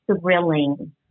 thrilling